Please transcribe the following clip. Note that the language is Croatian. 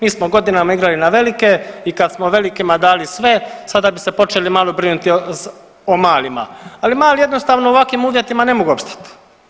Mi smo godinama igrali na velike i kad smo velikima dali sve sada bi se počeli malo brinuti o malima, ali mali jednostavno u ovakvim uvjetima ne mogu opstati.